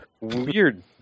Weird